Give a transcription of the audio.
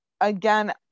again